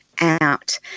out